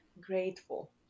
grateful